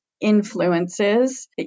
influences